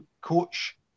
coach